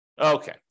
Okay